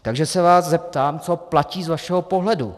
Takže se vás zeptám, co platí z vašeho pohledu.